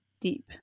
deep